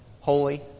holy